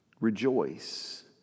Rejoice